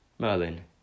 Merlin